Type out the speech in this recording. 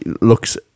looks